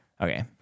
Okay